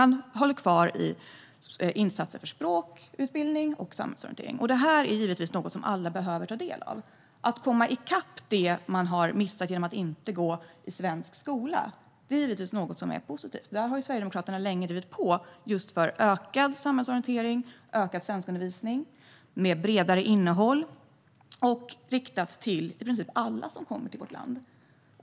Man håller fast vid insatser för språk, utbildning och samhällsorientering. Det är givetvis något som alla behöver ta del av. Att komma i kapp i det som man har missat genom att inte gå i svensk skola är positivt. Sverigedemokraterna har länge drivit på för ökad samhällsorientering och svenskundervisning med bredare innehåll riktat till i princip alla som kommer till vårt land.